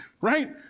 right